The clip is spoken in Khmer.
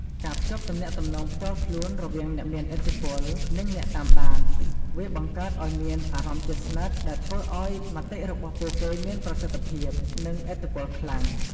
ការភ្ជាប់ទំនាក់ទំនងផ្ទាល់ខ្លួនរវាងអ្នកមានឥទ្ធិពល និងអ្នកតាមដាន វាបង្កើតឱ្យមានអារម្មណ៍ជិតស្និទ្ធ ដែលធ្វើឱ្យមតិរបស់ពួកគេមានប្រសិទ្ធិភាព និងឥទ្ធិពលខ្លាំង។